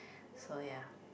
so ya